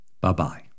Bye-bye